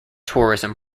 tourism